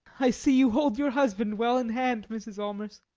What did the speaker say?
i see you hold your husband well in hand, mrs. allmers.